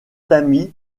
tamis